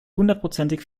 hundertprozentig